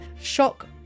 Shock